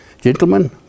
gentlemen